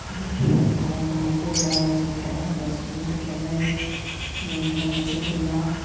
ꯂꯨꯍꯣꯡꯕ ꯃꯛꯇ ꯑꯣꯏ ꯇꯥꯔꯒꯁꯨ ꯈꯦꯠꯅꯕꯗꯣ ꯑꯁꯨꯛꯀꯤ ꯃꯇꯤꯛ ꯈꯦꯠꯅꯩ ꯌꯦꯡꯍꯜꯂꯛꯄꯁꯤꯡꯗꯨꯅ